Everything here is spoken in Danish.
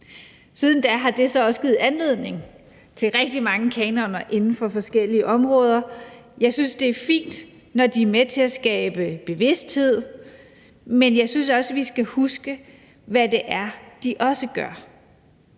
Siden da har det så også givet anledning til rigtig mange kanoner inden for forskellige områder, og jeg synes, det er fint, når de er med til at skabe bevidsthed, men jeg synes også, vi skal huske, hvad det er, de også gør.